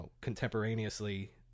contemporaneously